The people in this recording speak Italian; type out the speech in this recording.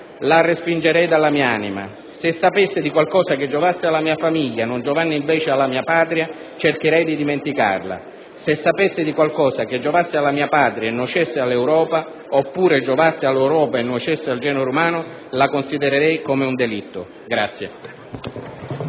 la respingerei dalla mia anima. Se sapessi di qualcosa che giovasse alla mia famiglia non giovando invece alla mia Patria, cercherei di dimenticarla. Se sapessi di qualcosa che giovasse alla mia Patria e nuocesse all'Europa, oppure giovasse all'Europa e nuocesse al genere umano, la considererei come un delitto».